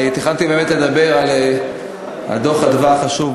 תכננתי באמת לדבר על דוח "מרכז אדוה" החשוב,